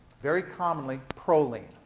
very commonly, proline.